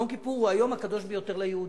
יום כיפור הוא היום הקדוש ביותר ליהודים,